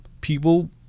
people